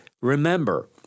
Remember